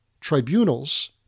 tribunals